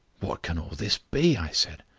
what can all this be? i said.